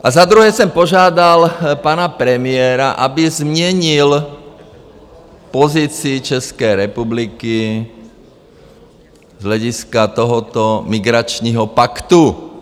A za druhé jsem požádal pana premiéra, aby změnil pozici České republiky z hlediska tohoto migračního paktu.